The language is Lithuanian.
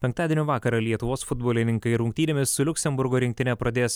penktadienio vakarą lietuvos futbolininkai rungtynėmis su liuksemburgo rinktine pradės